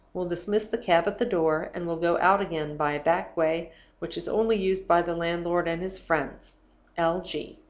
will dismiss the cab at the door, and will go out again by a back way which is only used by the landlord and his friends l. g.